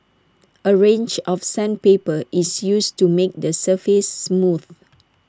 A range of sandpaper is used to make the surface smooth